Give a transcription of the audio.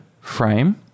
frame